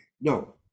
no